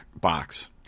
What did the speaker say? box